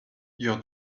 your